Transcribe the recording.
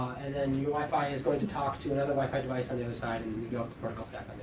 and then your wi-fi is going to talk to another wi-fi device on the other side and we go up the protocol stack